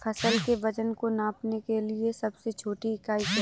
फसल के वजन को नापने के लिए सबसे छोटी इकाई क्या है?